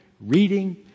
reading